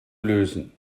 lösen